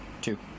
Two